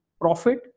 profit